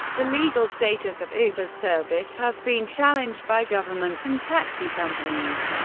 the legal status of uber's service has been challenged by governments and taxi companies,